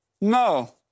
no